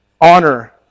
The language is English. honor